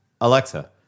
Alexa